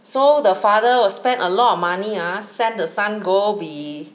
so the father will spend a lot of money ah send the son go be